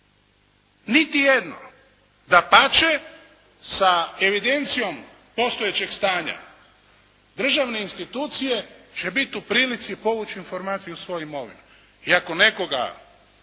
Niti jedno. Dapače, sa evidencijom postojećeg stanja državne institucije će biti u prilici povući informaciju u svoju imovinu. I ako nekoga